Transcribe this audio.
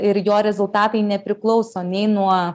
ir jo rezultatai nepriklauso nei nuo